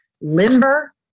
limber